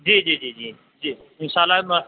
جی جی جی جی جی ان شاء اللہ